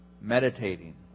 meditating